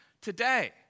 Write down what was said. today